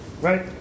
Right